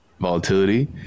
volatility